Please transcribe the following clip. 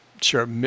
sure